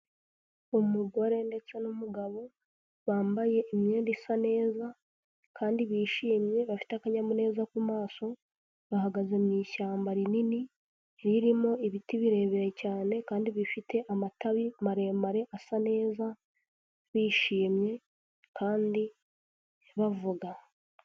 Umugore ndetse n'umugabo bambaye imyenda isa neza kandi bishimye bafite akanyamuneza ku maso, bahagaze mu ishyamba rinini ririmo ibiti birebire cyane kandi bifite amatabi maremare asa neza bishimye kandi bavuga.